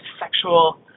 sexual